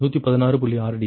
6 degree